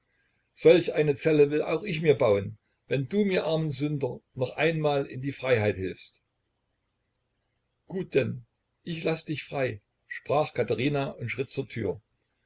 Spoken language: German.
solch eine zelle will auch ich mir bauen wenn du mir armem sünder noch einmal in die freiheit hilfst gut denn ich lass dich frei sprach katherina und schritt zur tür